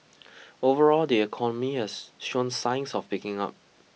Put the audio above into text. overall the economy has shown signs of picking up